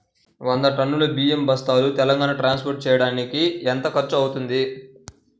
వంద టన్నులు బియ్యం బస్తాలు తెలంగాణ ట్రాస్పోర్ట్ చేయటానికి కి ఎంత ఖర్చు అవుతుంది?